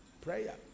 Prayer